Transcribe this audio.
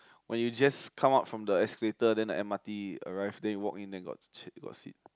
when you just come out from the escalator then the m_r_t arrive then you walk in then got seat got seat